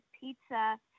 pizza